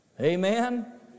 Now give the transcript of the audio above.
Amen